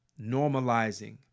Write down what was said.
normalizing